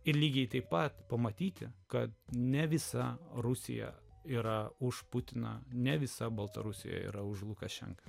ir lygiai taip pat pamatyti kad ne visa rusija yra už putiną ne visa baltarusija yra už lukašenką